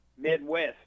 Midwest